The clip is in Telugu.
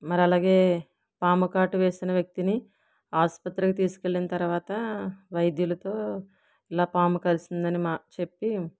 మరి అలాగే పాము కాటు వేసిన వ్యక్తిని ఆసుపత్రికి తీసుకువెళ్ళిన తర్వాత వైద్యులతో ఇలా పాము కరిచింది అని మా చెప్పి